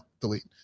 delete